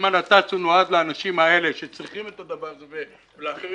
אם הנת"ץ נועד לאנשים האלה שצריכים את הדבר הזה ולא לאחרים